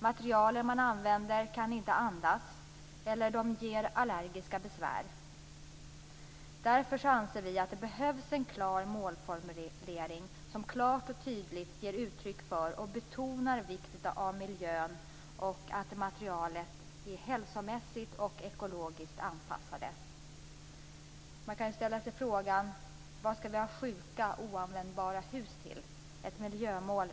Materialen man använder kan inte andas och ger allergiska besvär. Därför anser vi att det behövs en målformulering, som klart och tydligt ger uttryck för och betonar vikten av miljön och att materialen är hälsomässigt och ekologiskt anpassade. Man kan ställa sig frågan vad vi skall ha sjuka och oanvändbara hus till. Ett miljömål